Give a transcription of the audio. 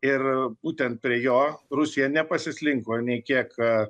ir būtent prie jo rusija nepasislinko nei kiek